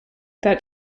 that